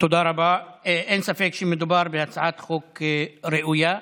אין ספק שמדובר בהצעת חוק ראויה.